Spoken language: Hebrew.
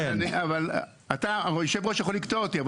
אבל אתה יושב ראש יכול לקטוע אותי,